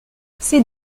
c’est